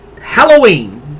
Halloween